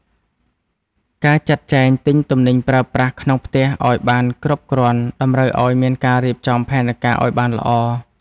ការចាត់ចែងទិញទំនិញប្រើប្រាស់ក្នុងផ្ទះឱ្យបានគ្រប់គ្រាន់តម្រូវឱ្យមានការរៀបចំផែនការឱ្យបានល្អ។